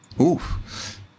Oof